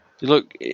Look